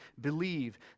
believe